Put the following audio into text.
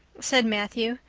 said matthew,